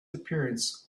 appearance